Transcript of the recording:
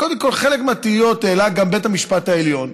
קודם כול, חלק מהתהיות העלה גם בית המשפט העליון,